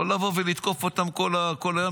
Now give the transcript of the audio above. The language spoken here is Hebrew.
לא לבוא ולתקוף אותם כל היום,